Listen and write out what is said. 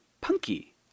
punky